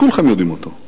כולכם יודעים אותו,